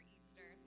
Easter